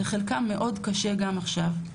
לחלקם מאוד קשה גם עכשיו.